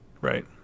Right